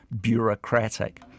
bureaucratic